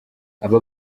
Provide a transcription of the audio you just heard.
aba